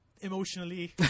emotionally